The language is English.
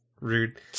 rude